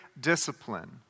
discipline